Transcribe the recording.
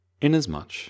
Inasmuch